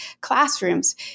classrooms